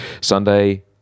sunday